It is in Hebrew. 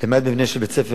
למעט מבנה של בית-ספר,